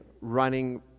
running